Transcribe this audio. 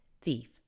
thief